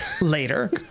later